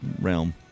realm